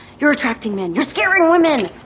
you're attracting men. you're scaring women.